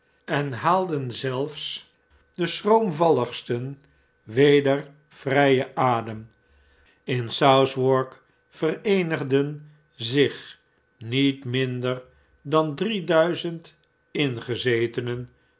en haalden zelfs de schroomvalligsten weder vrijer adem in southwark vereenigden zich niet minder dan drie duizend ingezetenen